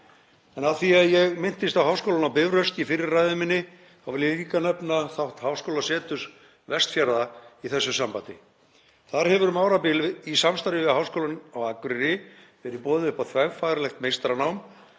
En af því að ég minntist á Háskólann á Bifröst í fyrri ræðu minni þá vil ég líka nefna þátt Háskólaseturs Vestfjarða í þessu sambandi. Þar hefur um árabil, í samstarfi við Háskólann á Akureyri, verið boðið upp á þverfaglegt meistaranám